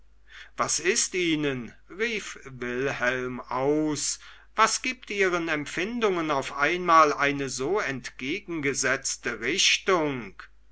was ist ihnen rief wilhelm aus was gibt ihren empfindungen auf einmal eine so entgegengesetzte richtung